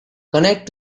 connect